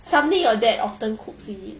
something your dad often cook is it